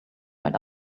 right